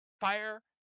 fire